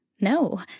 no